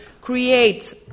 create